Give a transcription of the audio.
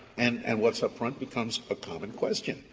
and and what's upfront becomes a common question,